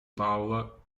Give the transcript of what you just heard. bowler